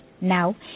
Now